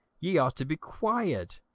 ye ought to be quiet,